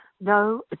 No